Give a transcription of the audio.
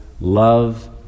love